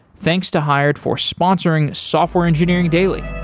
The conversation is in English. thanks to hired for sponsoring software engineering daily